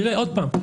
שוב,